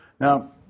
Now